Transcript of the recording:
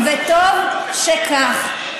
גם היא תצטרך לחכות שלוש שנים, וטוב שכך.